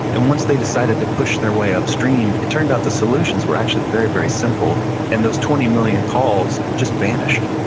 and once they decided to push their way upstream, it turned out the solutions were actually very, very simple and those twenty million calls just vanished.